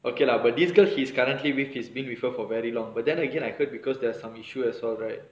okay lah but this girl he's currently with he's being with her for very long but then again I heard because there are some issue as well right